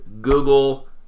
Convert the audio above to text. Google